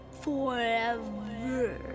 Forever